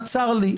--- צר לי.